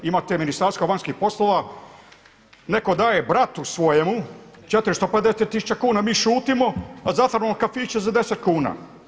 Imate Ministarstvo vanjskih poslova, neko daje bratu svojemu 450 tisuća kuna mi šutimo, a zatvaramo kafiće za 10 kuna.